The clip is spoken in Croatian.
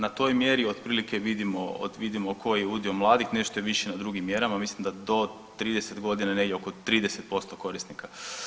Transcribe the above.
Na toj mjeri otprilike vidimo, vidimo koji udio mladih, nešto je viši na drugim mjerama, mislim da do 30.g. negdje oko 30% korisnika.